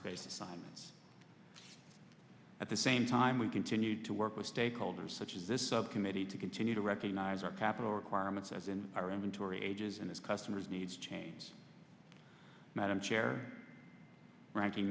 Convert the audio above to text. decide at the same time we continue to work with stakeholders such as this subcommittee to continue to recognize our capital requirements as in our inventory ages and as customers needs change madam chair ranking